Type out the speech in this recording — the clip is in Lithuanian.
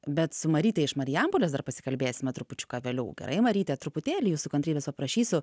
bet su maryte iš marijampolės dar pasikalbėsime trupučiuką vėliau gerai maryte truputėlį jūsų kantrybės paprašysiu